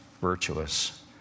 virtuous